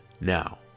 Now